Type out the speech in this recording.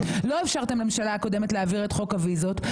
לא אפשרתם לממשלה הקודמת להעביר את חוק הוויזות,